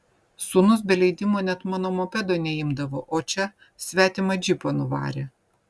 sūnus be leidimo net mano mopedo neimdavo o čia svetimą džipą nuvarė